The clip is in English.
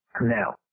Now